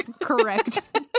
correct